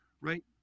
right